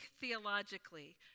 theologically